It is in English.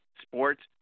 sports